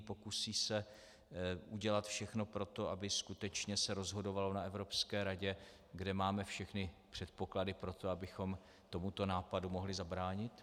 Pokusí se udělat všechno pro to, aby se skutečně rozhodovalo na Evropské radě, kde máme všechny předpoklady pro to, abychom tomuto nápadu mohli zabránit?